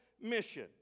mission